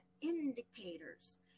indicators